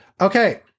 Okay